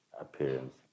appearance